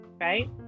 right